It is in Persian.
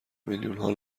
میلیونها